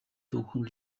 зөвхөн